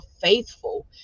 faithful